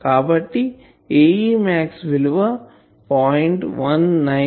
కాబట్టి Ae max విలువ 0